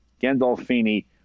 gandolfini